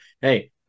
hey